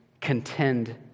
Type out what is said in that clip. contend